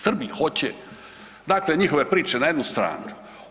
Srbi hoće, dakle njihove priče na jednu stranu.